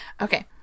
Okay